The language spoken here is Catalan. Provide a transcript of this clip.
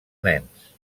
nens